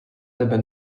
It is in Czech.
tebe